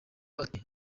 ati